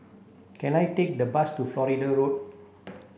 can I take a bus to Florida Road